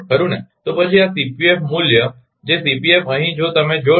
ખરુ ને તો પછી આ Cpf મૂલ્ય કે જે Cpf અહીં જો તમે જોશો